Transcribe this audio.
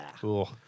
Cool